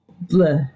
blah